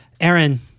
Aaron